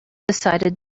decided